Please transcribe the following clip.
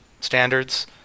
standards